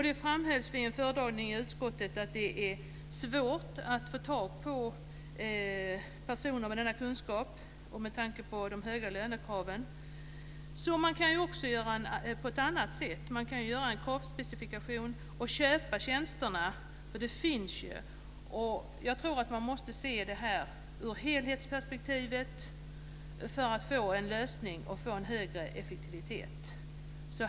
Det framhävdes vid en föredragning i utskottet att det var svårt att få tag på personer med denna kunskap med tanke på de höga lönekraven. Man kan också göra på ett annat sätt. Man kan göra en kravspecifikation och köpa tjänsterna. För de finns ju. Jag tror att man måste se det här ur helhetsperspektivet för att få en bra lösning och bättre effektivitet.